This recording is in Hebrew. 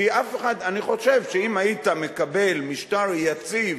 כי אני חושב שאם היית מקבל משטר יציב,